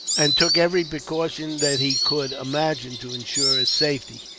and took every precaution that he could imagine to ensure his safety.